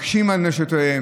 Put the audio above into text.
מקשים על נשותיהם,